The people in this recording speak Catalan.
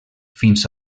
fins